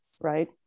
right